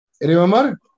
Remember